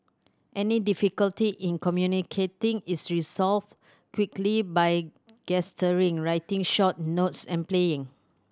any difficulty in communicating is resolved quickly by gesturing writing short notes and playing